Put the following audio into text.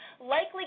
likely